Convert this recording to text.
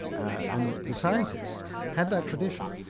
and the scientists had that tradition.